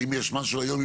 האם יש משהו היום,